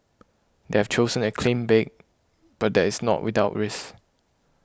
they have chosen a clean break but that is not without risk